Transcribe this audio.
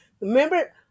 Remember